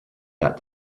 that